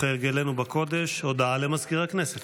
כהרגלנו בקודש, הודעה למזכיר הכנסת.